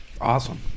Awesome